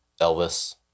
Elvis